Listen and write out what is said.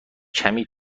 کمی